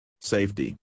Safety